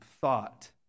thought